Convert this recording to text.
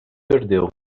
perdeu